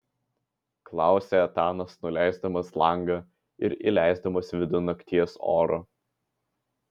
klausia etanas nuleisdamas langą ir įleisdamas vidun nakties oro